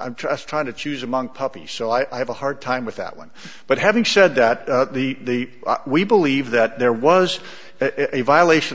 i'm just trying to choose among puppies so i have a hard time with that one but having said that the we believe that there was a violation